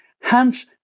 hence